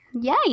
Yay